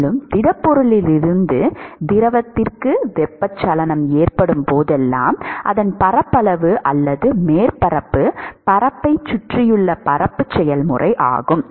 மேலும் திடப்பொருளிலிருந்து திரவத்திற்கு வெப்பச்சலனம் ஏற்படும் போதெல்லாம் அதன் பரப்பளவு அல்லது மேற்பரப்புப் பரப்பைச் சுற்றியுள்ள பரப்பு செயல்முறை ஆகும்